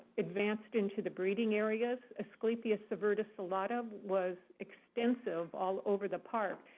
advanced into the breeding areas. asclepias subverticillata was extensive all over the park.